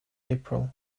april